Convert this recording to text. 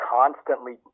constantly